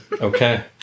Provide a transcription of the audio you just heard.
okay